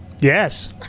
Yes